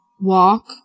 Walk